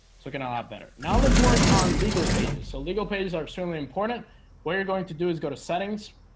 so can i hop better now? let's work on legal pages. so legal pages are extremely important what you're going to do is go to settings